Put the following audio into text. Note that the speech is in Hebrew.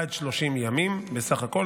עד 30 ימים בסך הכול.